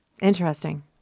interesting